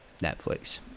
Netflix